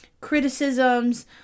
criticisms